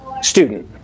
student